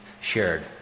shared